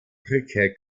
brücke